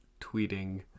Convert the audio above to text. tweeting